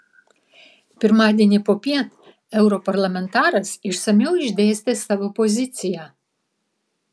pirmadienį popiet europarlamentaras išsamiau išdėstė savo poziciją